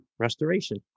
restoration